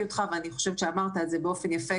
אותך ואני חושבת שאמרת את זה באופן יפה,